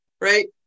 Right